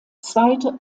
zweite